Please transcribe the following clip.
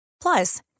plus